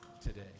today